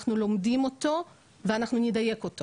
אנחנו לומדים אותו ואנחנו נדייק אותו